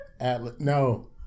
No